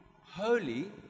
holy